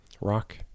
rock